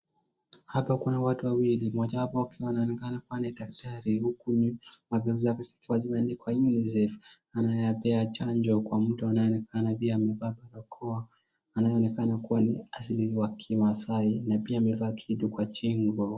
Hapa kuna watu wawili, mojawapo akiwa anaonekana kuwa ni daktari huku mavazi yake zikiwa zimeandikwa Unicef. Anampea chanjo kwa mtu anayeonekana pia amevaa barakoa anayeonekana asili wa kimaasai na pia amevaa kitu kwa shingo.